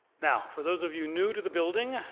now, for those of you new to the building,